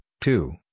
two